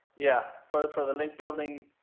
yeah. for the for the link building.